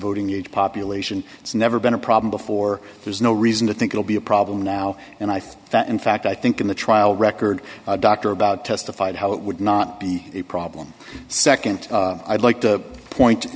voting age population it's never been a problem before there's no reason to think it'll be a problem now and i think that in fact i think in the trial record doctor about testified how it would not be a problem second i'd like to point